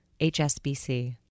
HSBC